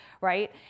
right